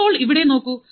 ഇപ്പോൾ ഇവിടെ നോക്കൂ